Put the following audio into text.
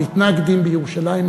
המתנגדים בירושלים,